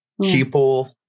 people